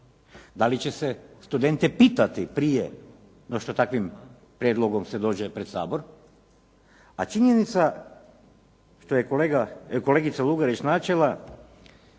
da li će se studente pitati prije no što s takvim prijedlogom se dođe pred Sabor. A činjenica što je kolegica Lugarić načela